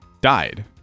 died